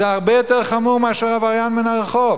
זה הרבה יותר חמור מאשר עבריין מהרחוב.